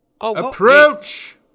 Approach